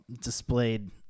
displayed